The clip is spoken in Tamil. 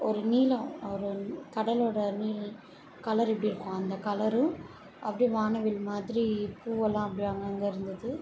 ஒரு நீலம் ஒரு கடலோடய நீல் கலரு எப்படி இருக்கும் அந்த கலரும் அப்படியே வானவில் மாதிரி பூவெல்லாம் அப்படியே அங்கே அங்கே இருந்தது